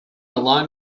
alone